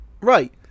Right